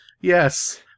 Yes